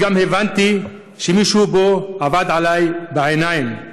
אז גם הבנתי שמישהו פה עבד עלי בעיניים.